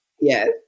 yes